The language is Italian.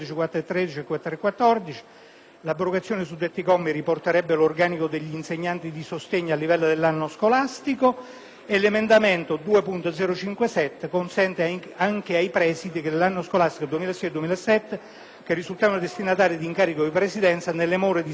(l'abrogazione dei suddetti commi riporterebbe l'organico degli insegnanti di sostegno al livello dell'anno scolastico 2007-2008), mentre l'emendamento 2.0.57 consente anche ai presidi che nell'anno scolastico 2006-2007 risultavano destinatari di incarico di presidenza, nelle more di svolgimento delle prove concorsuali,